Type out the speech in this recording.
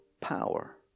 power